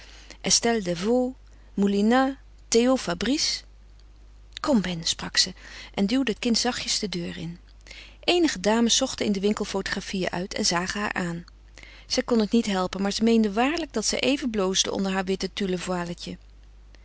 estelle desvaux moulinat théo fabrice kom ben sprak ze en duwde het kind zachtjes de deur in eenige dames zochten in den winkel fotografieën uit en zagen haar aan zij kon het niet helpen maar ze meende waarlijk dat zij even bloosde onder haar witte tulle